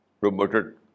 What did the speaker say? promoted